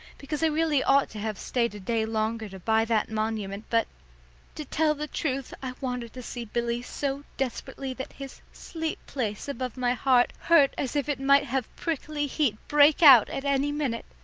because i really ought to have stayed a day longer to buy that monument, but to tell the truth i wanted to see billy so desperately that his sleep-place above my heart hurt as if it might have prickly heat break out at any minute.